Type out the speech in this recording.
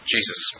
Jesus